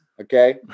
okay